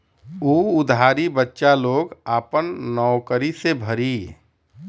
उ उधारी बच्चा लोग आपन नउकरी से भरी